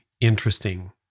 interesting